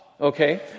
Okay